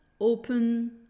open